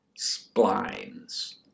Splines